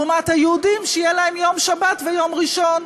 לעומת היהודי שיהיו לו יום שבת ויום ראשון,